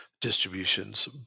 distributions